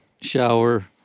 shower